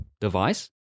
device